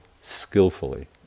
skillfully